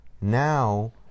now